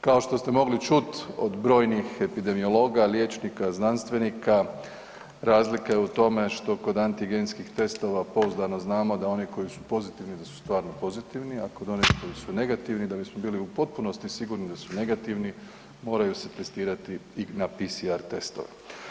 Kao što ste mogli čut od brojnih epidemiologa, liječnika, znanstvenika razlika je u tome što kod antigenskih testova pouzdano znamo da oni koji su pozitivni da su stvarno pozitivni, a kod onih koji su negativni da bismo bili u potpunosti sigurni da su negativni moraju se testirati i na PSR testove.